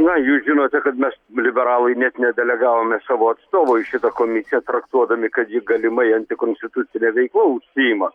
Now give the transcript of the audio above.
na jūs žinote kad mes liberalai net nedelegavome savo atstovo į šitą komisiją traktuodami kad ji galimai antikonstitucine veikla užsiima